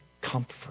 comfort